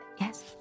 Yes